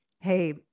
hey